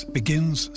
begins